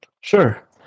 Sure